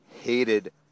hated